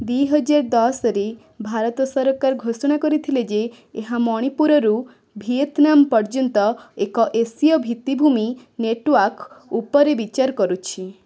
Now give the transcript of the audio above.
ଦିହଜାର ଦଶରେ ଭାରତ ସରକାର ଘୋଷଣା କରିଥିଲେ ଯେ ଏହା ମଣିପୁରରୁ ଭିଏତନାମ୍ ପର୍ଯ୍ୟନ୍ତ ଏକ ଏସୀୟ ଭିତ୍ତିଭୂମି ନେଟୱାର୍କ ଉପରେ ବିଚାର କରୁଛି